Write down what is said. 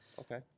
okay